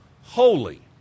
holy